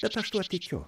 bet aš tuo tikiu